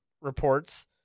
reports